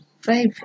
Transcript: Five